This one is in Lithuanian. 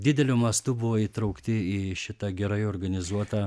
dideliu mastu buvo įtraukti į šitą gerai organizuotą